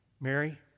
Mary